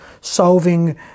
solving